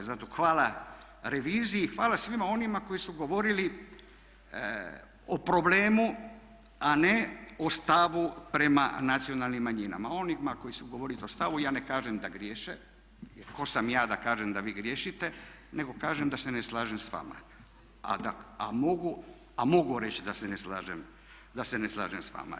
I zato hvala reviziji, hvala svima onima koji su govorili o problemu a ne o stavu prema nacionalnim manjinama, onima koji su govorili o stavu ja ne kažem da griješe jer ko sam ja da kažem da vi griješite, nego kažem da se ne slažem s vama, a mogu reći da se ne slažem s vama.